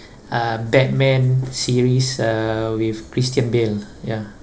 uh batman series uh with christian bale ya